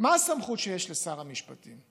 מה הסמכות שיש לשר המשפטים?